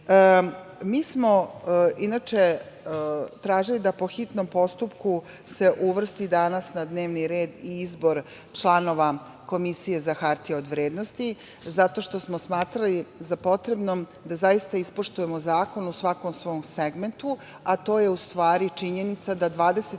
smo, inače, tražili da po hitnom postupku se uvrsti danas na dnevni red i izbor članova Komisije za hartije od vrednosti, zato što smo smatrali za potrebno da zaista ispoštujemo zakon u svakom svom segmentu, a to je, u stvari, činjenica da 24.